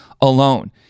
alone